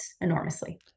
enormously